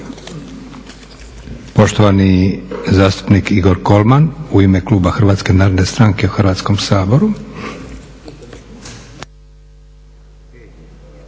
Poštovani zastupnik Igor Kolman u ime kluba Hrvatske narodne stranke u Hrvatskom saboru.